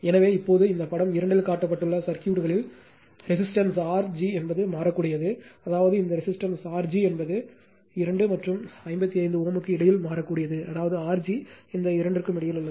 எனவே இப்போது இந்த படம் 2 இல் காட்டப்பட்டுள்ள சர்க்யூட்களில் ரெசிஸ்டன்ஸ் R g என்பது மாறக்கூடியது அதாவது இந்த ரெசிஸ்டன்ஸ் R g என்பது 2 மற்றும் 55 Ω க்கு இடையில் மாறக்கூடியது அதாவது R g இந்த இரண்டிற்கும் இடையில் உள்ளது